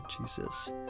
Jesus